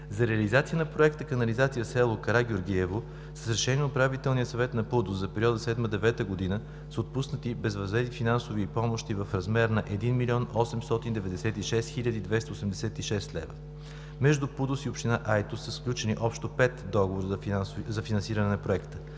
За реализация на Проекта „Канализация – село Карагеоргиево“, с Решение на Управителния съвет на ПУДООС за периода 2007 - 2009 г. са отпуснати безвъзмездни финансови помощи в размер на 1 млн. 896 хил. 286 лв. Между ПУДООС и община Айтос са сключени общо пет договора за финансиране на Проекта.